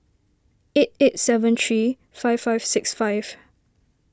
eight eight seven three five five six five